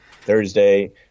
thursday